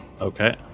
Okay